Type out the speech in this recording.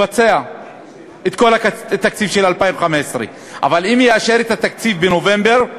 לבצע את כל התקציב של 2015. אבל אם יאשר את התקציב בנובמבר,